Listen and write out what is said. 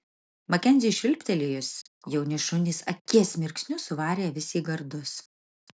makenziui švilptelėjus jauni šunys akies mirksniu suvarė avis į gardus